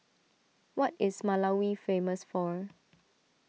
what is Malawi famous for